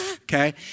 Okay